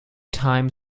time